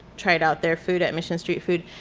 tried out their food at mission street food.